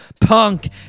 punk